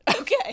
Okay